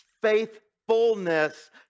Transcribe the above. faithfulness